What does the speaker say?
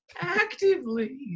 actively